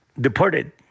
deported